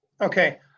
Okay